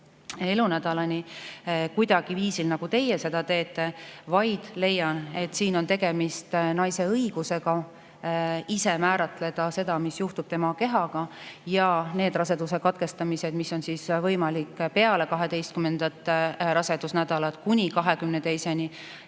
elunädalani viisil, nagu teie seda teete, vaid leian, et siin on tegemist naise õigusega ise määratleda seda, mis juhtub tema kehaga. Ja need raseduse katkestamised, mis on võimalikud peale 12. rasedusnädalat kuni 22.